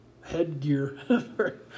headgear